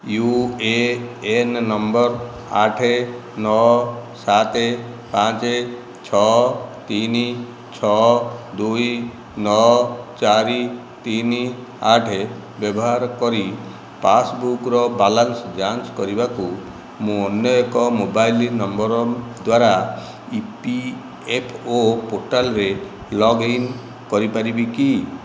you A N number ଆଠ ନଅ ସାତ ପାଞ୍ଚ ଛଅ ତିନି ଛଅ ଦୁଇ ନଅ ଚାରି ତିନି ଆଠ ବ୍ୟବହାର କରି ପାସ୍ବୁକ୍ର ବାଲାନ୍ସ ଯାଞ୍ଚ କରିବାକୁ ମୁଁ ଅନ୍ୟ ଏକ ମୋବାଇଲ୍ ନମ୍ବର୍ ଦ୍ଵାରା ଇ ପି ଏଫ୍ ଓ ପୋର୍ଟାଲ୍ରେ ଲଗ୍ଇନ୍ କରିପାରିବି କି